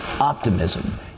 optimism